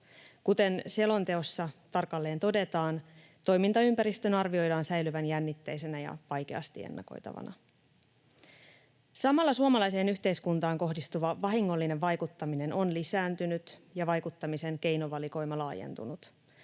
Kuten selonteossa tarkalleen todetaan, toimintaympäristön arvioidaan säilyvän ”jännitteisenä ja vaikeasti ennakoitavana”. Samalla suomalaiseen yhteiskuntaan kohdistuva vahingollinen vaikuttaminen on lisääntynyt ja vaikuttamisen keinovalikoima laajentunut.